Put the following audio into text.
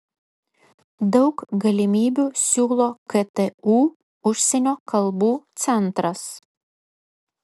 daug galimybių siūlo ktu užsienio kalbų centras